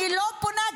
אני לא פונה,